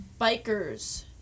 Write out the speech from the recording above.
bikers